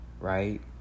right